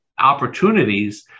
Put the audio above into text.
opportunities